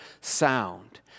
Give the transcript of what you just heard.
sound